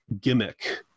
gimmick